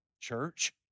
Church